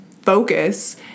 Focus